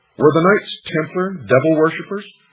were the knights templar devil-worshippers,